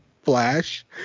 Flash